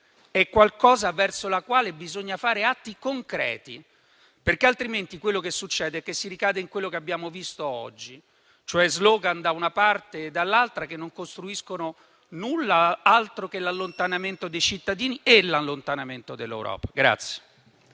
È qualcosa verso la quale bisogna fare atti concreti, perché altrimenti quello che succede è che si ricade in quello che abbiamo visto oggi, cioè *slogan* da una parte e dall'altra che non costruiscono null'altro che l'allontanamento dei cittadini e dell'Europa.